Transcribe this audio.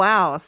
Wow